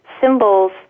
symbols